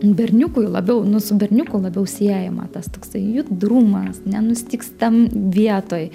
berniukui labiau nu su berniuku labiau siejama tas toksai judrumas nenustygstam vietoj